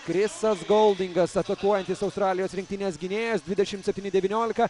krisas goldingas atakuojantis australijos rinktinės gynėjas dvidešim septyni devyniolika